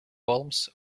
palms